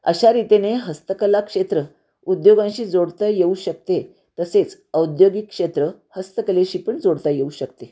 अशा रीतीने हस्तकला क्षेत्र उद्योगांशी जोडता येऊ शकते तसेच औद्योगिक क्षेत्र हस्तकलेशी पण जोडता येऊ शकते